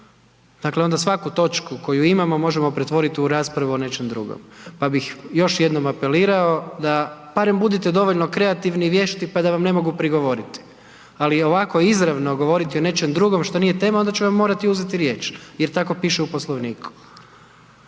Dakle, onda svaku točku koju imamo, možemo pretvoriti u raspravu o nečem drugom. Pa bih još jednom apelirao, da barem budite dovoljno kreativni i vješti pa da vam ne mogu prigovoriti, ali ovako izravno govoriti o nečem drugom što nije tema, onda ću vam morati uzeti riječ jer tako piše u Poslovniku.